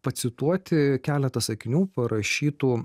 pacituoti keletą sakinių parašytų